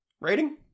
rating